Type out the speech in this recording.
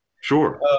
Sure